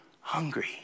hungry